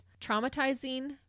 traumatizing